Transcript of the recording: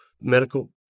medical